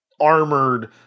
armored